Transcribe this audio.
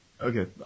Okay